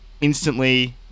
instantly